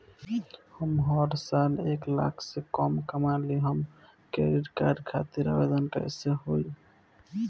हम हर साल एक लाख से कम कमाली हम क्रेडिट कार्ड खातिर आवेदन कैसे होइ?